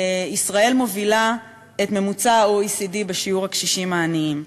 ישראל מובילה את ממוצע ה-OECD בשיעור הקשישים העניים.